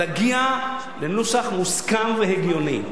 להגיע לנוסח מוסכם והגיוני.